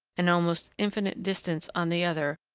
and almost infinite distance on the other,